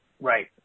right